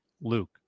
Luke